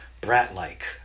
brat-like